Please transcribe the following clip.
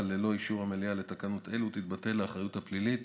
אבל ללא אישור המליאה לתקנות אלו תתבטל האחריות הפלילית